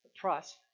trust